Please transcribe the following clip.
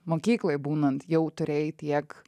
mokykloj būnant jau turėjai tiek